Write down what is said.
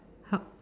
how